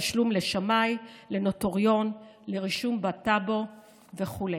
ובהן, תשלום לשמאי, לנוטריון, לרישום בטאבו וכו'.